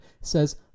says